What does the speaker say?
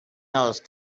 those